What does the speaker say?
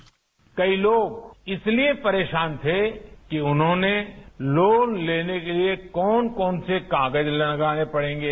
bite PM कई लोग इसलिए परेशान थे कि उन्हों ने लोन लेने के लिए कौन कौन से कागज लगाने पड़ेंगे